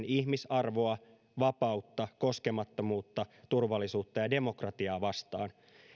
ihmisarvoa vapautta koskemattomuutta turvallisuutta ja demokratiaa vastaan